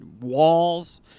walls